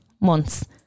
months